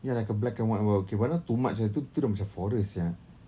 ya like a black and white wall okay but then like too much eh tu tu dah macam forest sia